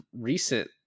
recent